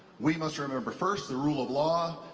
we must remember first the rule of law.